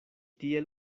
tiel